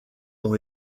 ont